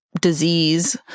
disease